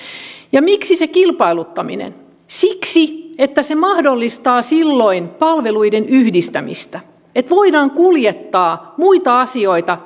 miksi se kilpailuttaminen siksi että se mahdollistaa palveluiden yhdistämistä että voidaan kuljettaa muita asioita